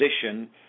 position